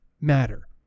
matter